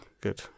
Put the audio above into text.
good